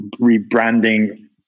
rebranding